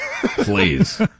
Please